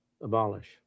Abolish